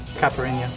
caipirinha. and